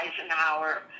Eisenhower